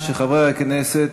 חברי חברי הכנסת,